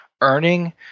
earning